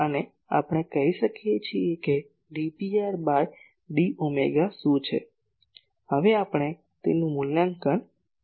અને આપણે હવે કહી શકીએ કે d Pr by d omega શું છે હવે આપણે તેનું મૂલ્યાંકન કેવી રીતે કરીશું